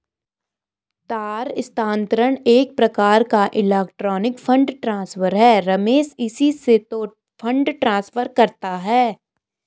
तार स्थानांतरण एक प्रकार का इलेक्ट्रोनिक फण्ड ट्रांसफर है रमेश इसी से तो फंड ट्रांसफर करता है